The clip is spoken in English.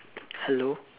hello